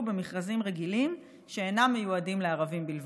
במכרזים רגילים שאינם מיועדים לערבים בלבד.